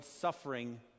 suffering